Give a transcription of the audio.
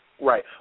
Right